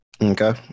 Okay